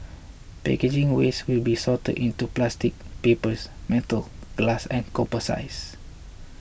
packaging waste will be sorted into plastic papers metal glass and composites